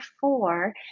four